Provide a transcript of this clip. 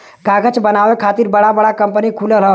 कागज बनावे खातिर बड़ा बड़ा कंपनी खुलल हौ